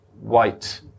white